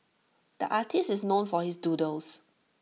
the artist is known for his doodles